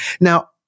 Now